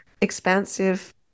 expansive